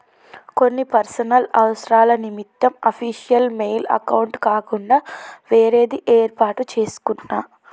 కొన్ని పర్సనల్ అవసరాల నిమిత్తం అఫీషియల్ మెయిల్ అకౌంట్ కాకుండా వేరేది యేర్పాటు చేసుకున్నా